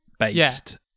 based